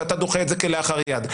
ואתה דוחה את זה כלאחר יד.